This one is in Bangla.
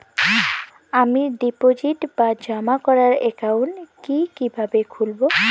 আমি ডিপোজিট বা জমা করার একাউন্ট কি কিভাবে খুলবো?